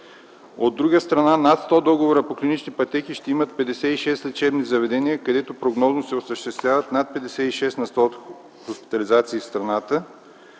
От друга страна, над 100 договора по клинични пътеки ще имат 56 лечебни заведения, където прогнозно се осъществяват над 56 на сто от хоспитализациите в страната,